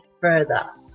further